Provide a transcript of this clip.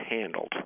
handled